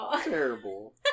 terrible